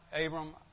Abram